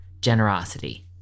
generosity